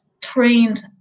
trained